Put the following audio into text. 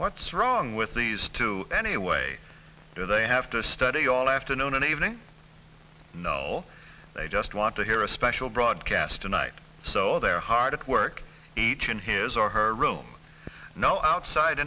what's wrong with these two anyway do they have to study all afternoon and evening no they just want to hear a special broadcast tonight so they are hard at work each in his or her room no outside